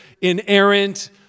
inerrant